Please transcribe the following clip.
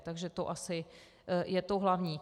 Takže to asi je to hlavní.